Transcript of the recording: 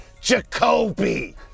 Jacoby